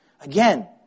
Again